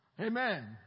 Amen